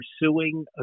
pursuing